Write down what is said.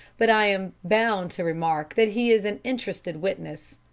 but i am bound to remark that he is an interested witness.